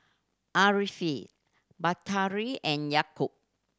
Ariff Batari and Yaakob